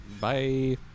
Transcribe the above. bye